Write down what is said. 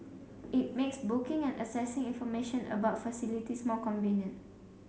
it makes booking and accessing information about facilities more convenient